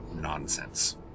nonsense